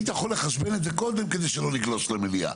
היית יכול לחשבן את זה קודם כדי שלא נגלוש למליאה.